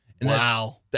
Wow